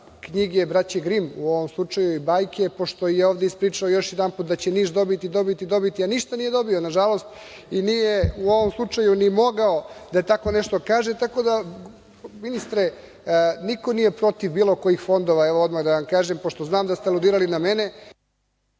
knjige braće Grim u ovom slučaju i bajke, pošto je ovde ispričao još jedanput da će Niš dobiti, dobiti, ali ništa nije dobio na žalost i nije u ovom slučaju ni mogao da tako nešto kaže. Tako da, ministre, niko nije protiv bio kojih fondova, evo odmah da vam kažem, pošto znam da ste aludirali na mene.